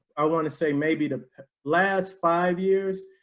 i want to say maybe the last five years,